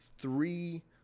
three